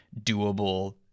doable